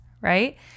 right